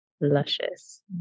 luscious